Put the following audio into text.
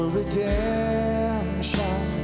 redemption